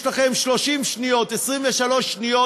יש לכם 30 שניות, 23 שניות,